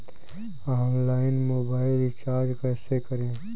Online mobile recharge कैसे करें?